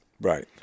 Right